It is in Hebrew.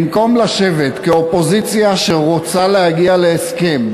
במקום לשבת כאופוזיציה שרוצה להגיע להסכם,